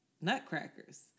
nutcrackers